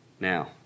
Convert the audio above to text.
Now